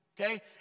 okay